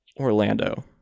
Orlando